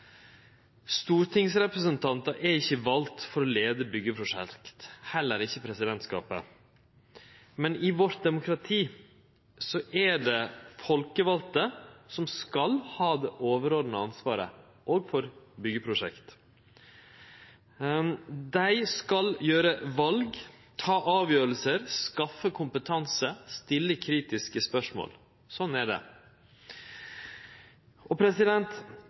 Stortingsrepresentantar er ikkje valde for å leie byggeprosjekt, heller ikkje presidentskapet, men i vårt demokrati er det dei folkevalde som skal ha det overordna ansvaret, òg for byggeprosjekt. Dei skal gjere val, ta avgjerder, skaffe kompetanse og stille kritiske spørsmål. Sånn er det.